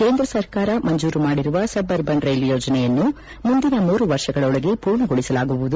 ಕೇಂದ್ರ ಸರ್ಕಾರ ಮಂಜೂರು ಮಾಡಿರುವ ಸಬ್ ಅರ್ಬನ್ ರೈಲು ಯೋಜನೆಯನ್ನು ಮುಂದಿನ ಮೂರು ವರ್ಷಗಳೊಳಗೆ ಪೂರ್ಣಗೊಳಿಸಲಾಗುವುದು